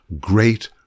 great